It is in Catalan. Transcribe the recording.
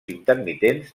intermitents